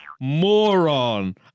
moron